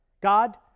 God